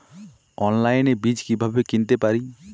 অনলাইনে বীজ কীভাবে কিনতে পারি?